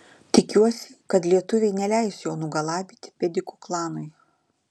tikiuosi kad lietuviai neleis jo nugalabyti pedikų klanui